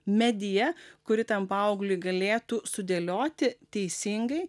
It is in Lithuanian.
mediją kuri tam paaugliui galėtų sudėlioti teisingai